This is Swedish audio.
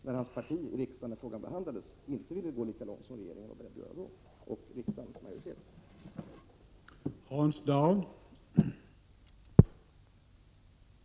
När frågan behandlades i riksdagen ville ju hans parti inte gå lika långt som regeringen och riksdagsmajoriteten var beredda att göra.